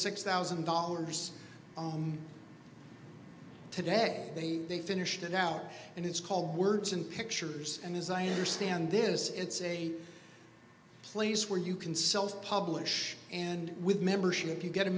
six thousand dollars home today they finished it out and it's called words and pictures and as i understand this it's a place where you can self publish and with membership you get a